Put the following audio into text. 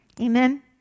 Amen